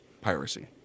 piracy